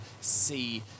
see